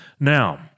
Now